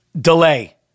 Delay